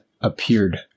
appeared